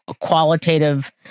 qualitative